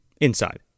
inside